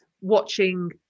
watching